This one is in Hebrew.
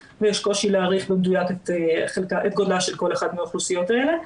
ויש קושי להעריך במדויק את גודלה של כל אחת מהאוכלוסיות האלה,